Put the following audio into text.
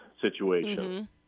situation